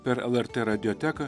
per lrt radioteką